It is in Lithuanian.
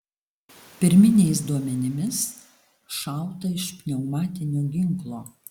pirminiais duomenimis šauta iš pneumatinio ginklo